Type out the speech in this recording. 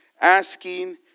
asking